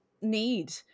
need